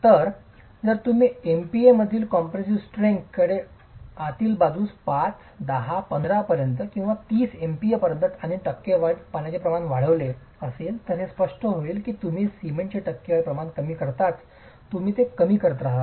तर जर तुम्ही एमपीए मधील कॉम्प्रेसीव स्ट्रेंग्थ कडे आतील बाजूस 5 10 15 पर्यंत 30 MPa पर्यंत आणि टक्केवारीत पाण्याचे प्रमाण वाढवले असेल तर हे स्पष्ट होईल की तुम्ही सिमेंटची टक्केवारी प्रमाण कमी करताच तुम्ही ते कमी करत राहता